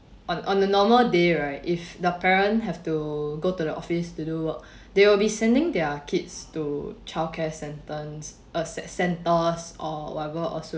on on a normal day right if the parent have to go to the office to do work they will be sending their kids to childcare sentence uh cen~ centers or whatever also